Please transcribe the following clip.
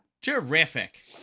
Terrific